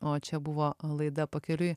o čia buvo laida pakeliui